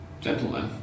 Gentlemen